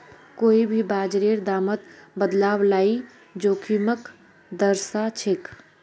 कोई भी बाजारेर दामत बदलाव ई जोखिमक दर्शाछेक